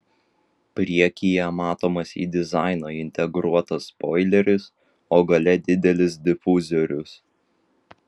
priekyje matomas į dizainą integruotas spoileris o gale didelis difuzorius